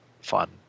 fun